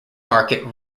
market